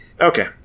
okay